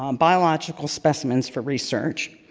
um biological specimens for research.